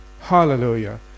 Hallelujah